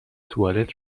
توالت